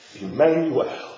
Emmanuel